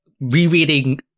rereading